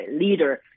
leader